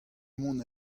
mont